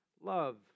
love